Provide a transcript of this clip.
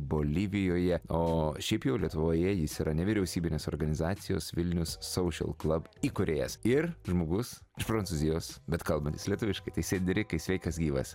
bolivijoje o šiaip jau lietuvoje jis yra nevyriausybinės organizacijos vilnius social club įkūrėjas ir žmogus iš prancūzijos bet kalbantis lietuviškai tai sedrikai sveikas gyvas